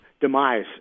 demise